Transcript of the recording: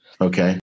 Okay